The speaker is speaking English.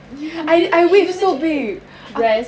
I I waved so big uh